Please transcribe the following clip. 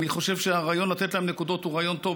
אני חושב שהרעיון לתת להם נקודות הוא רעיון טוב,